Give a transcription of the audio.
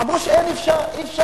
אמרו שאי-אפשר